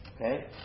Okay